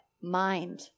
Mind